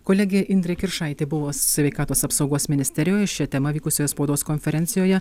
kolegė indrė kiršaitė buvo sveikatos apsaugos ministerijoje šia tema vykusioje spaudos konferencijoje